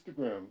Instagram